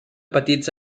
petits